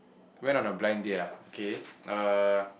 went on a blind date ah okay uh